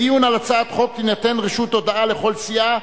בדיון על הצעת חוק תינתן רשות הודעה לכל סיעה,